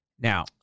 Now